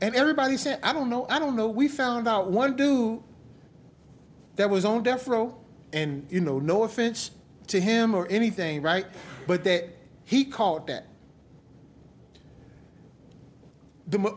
and everybody said i don't know i don't know we found out what to do that was on death row and you know no offense to him or anything right but that he caught at the